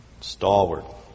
stalwart